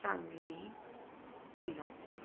Sangli Kolhapur